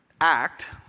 act